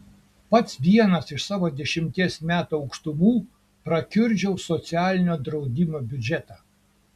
pats vienas iš savo dešimties metų aukštumų prakiurdžiau socialinio draudimo biudžetą